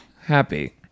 happy